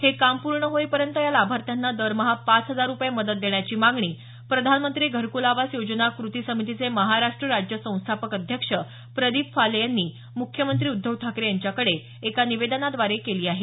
हे काम पूर्ण होईपर्यंत या लाभार्थ्यांना दरमहा पाच हजार रुपये मदत देण्याची मागणी प्रधानमंत्री घरकुल आवास योजना कृती समितीचे महाराष्ट्र राज्य संस्थापक अध्यक्ष प्रदीप फाले यांनी मुख्यमंत्री उद्धव ठाकरे यांच्याकडे एका निवेदनाद्वारे केली आहे